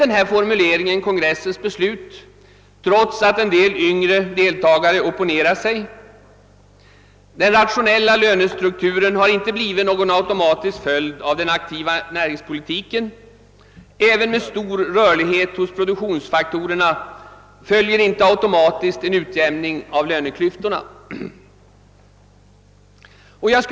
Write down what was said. Denna formulering blev kongressens beslut, trots att en del yngre deltagare opponerade sig. Den rationella lönestrukturen har inte blivit någon automatisk följd av den aktiva näringspolitiken. Med en stor rörlighet hos produktionsfaktorerna följer inte automatiskt en utjämning av löneklyftorna.